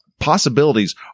Possibilities